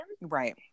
right